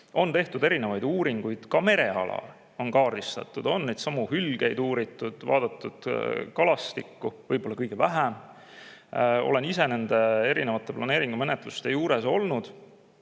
On tehtud erinevaid uuringuid, ka mereala on kaardistatud, on hülgeid uuritud, vaadatud kalastikku – seda võib-olla kõige vähem. Olen ise nende erinevate planeeringumenetluste juures olnud.